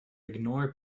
ignore